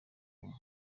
rumwe